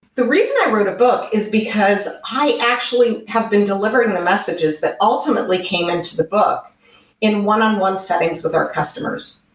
the reason i wrote a book is because i actually have been delivering the messages that ultimately came into the book in one-on-one settings with our customers.